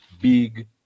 big